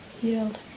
healed